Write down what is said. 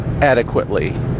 adequately